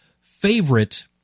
favorite